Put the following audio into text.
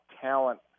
talent